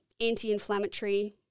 anti-inflammatory